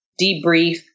debrief